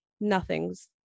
Nothing's